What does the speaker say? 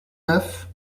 neuf